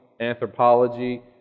anthropology